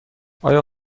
آیا